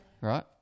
right